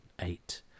eight